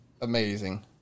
amazing